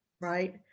Right